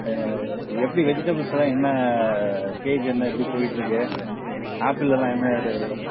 எப்படி வெஜிடபுள்ஸ்ஸெலாம் என்ன கேஜி என்ன எப்படி போய்கிட்ருக்கு ஆப்பிளெல்லாம் என்ன